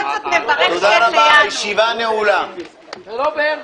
הישיבה ננעלה בשעה